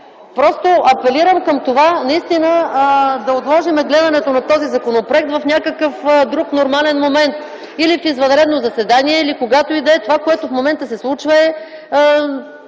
по тях. Апелирам към това наистина да отложим гледането на този законопроект в някакъв друг нормален момент – или в извънредно заседание, или когато и да е. Това, което се случва в